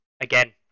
Again